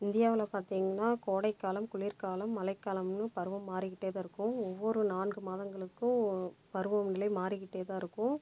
இந்தியாவில் பார்த்தீங்னா கோடைக்காலம் குளிர்காலம் மழைக்காலம்னு பருவம் மாறிக்கிட்டே தான் இருக்கும் ஒவ்வொரு நான்கு மாதங்களுக்கும் பருவம் நிலை மாறிக்கிட்டே தான் இருக்கும்